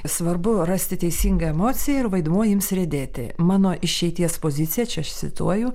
svarbu rasti teisingą emociją ir vaidmuo ims riedėti mano išeities pozicija čia aš cituoju